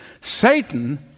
Satan